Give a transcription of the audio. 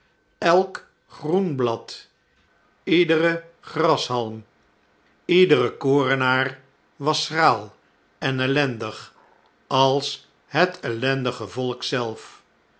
elk groen blad iedere grashalm iedere korenaar was schraal en ellendig als het ellendige volk zelf